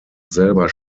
selber